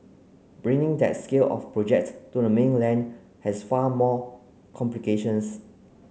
bringing that scale of project to the mainland has far more complications